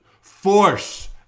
force